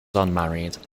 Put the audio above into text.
unmarried